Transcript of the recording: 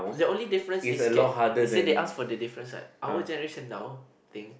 the only difference is K you said that they ask for the difference right our generation now thinks